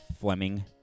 Fleming